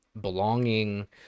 belonging